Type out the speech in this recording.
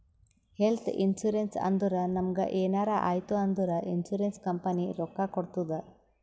health insurance ಅಂದುರ್ ನಮುಗ್ ಎನಾರೇ ಆಯ್ತ್ ಅಂದುರ್ ಇನ್ಸೂರೆನ್ಸ್ ಕಂಪನಿ ರೊಕ್ಕಾ ಕೊಡ್ತುದ್